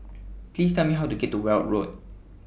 Please Tell Me How to get to Weld Road